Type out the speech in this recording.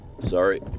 Sorry